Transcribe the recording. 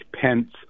Pence